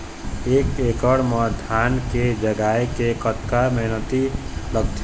एक एकड़ म धान के जगोए के कतका मेहनती लगथे?